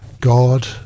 God